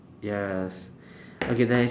yes okay there's